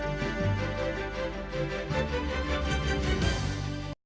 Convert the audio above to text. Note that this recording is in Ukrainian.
Дякую.